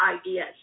ideas